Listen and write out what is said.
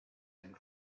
and